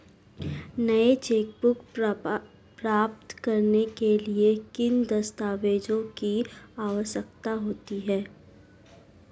नई चेकबुक प्राप्त करने के लिए किन दस्तावेज़ों की आवश्यकता होती है?